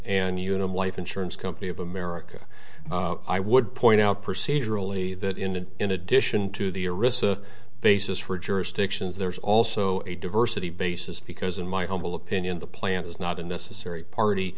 and unum life insurance company of america i would point out procedurally that in an in addition to the arista basis for jurisdictions there is also a diversity basis because in my humble opinion the plant is not a necessary party